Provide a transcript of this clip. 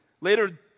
Later